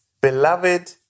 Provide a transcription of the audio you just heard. beloved